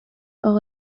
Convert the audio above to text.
اقا